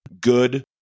good